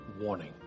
warning